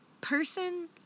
person